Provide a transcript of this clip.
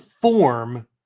form